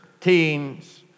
teens